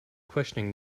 questioning